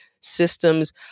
systems